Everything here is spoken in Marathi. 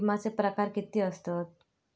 विमाचे प्रकार किती असतत?